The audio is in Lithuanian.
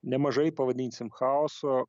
nemažai pavadinsim chaoso